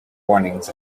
warnings